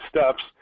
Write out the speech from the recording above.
steps